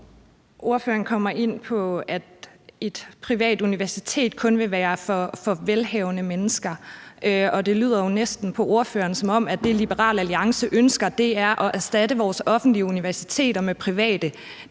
Ordføreren kommer ind på, at et privat universitet kun vil være for velhavende mennesker. Det lyder jo næsten på ordføreren, som om at det, Liberal Alliance ønsker, er at erstatte vores offentlige universiteter med private.